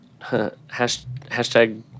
Hashtag